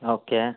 okay